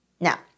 Now